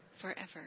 forever